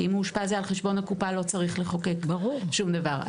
כי אם הוא אושפז זה על חשבון הקופה ולא צריך לחוקק שום דבר.